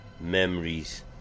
Memories